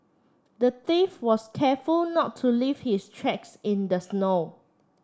the thief was careful not to leave his tracks in the snow